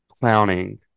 clowning